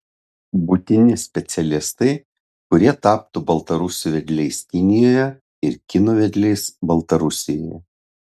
būtini specialistai kurie taptų baltarusių vedliais kinijoje ir kinų vedliais baltarusijoje